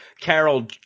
Carol